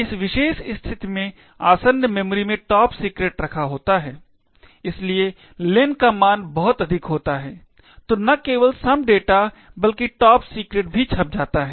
इस विशेष स्थिति में आसन्न मेमोरी में top secret रखा होता है इसलिए len का मान बहुत अधिक होता है तो न केवलsome data बल्कि top secret भी छप जाता है